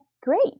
great